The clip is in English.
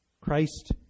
Christ